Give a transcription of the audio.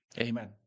Amen